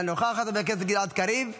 אינה נוכחת, חבר הכנסת גלעד קריב,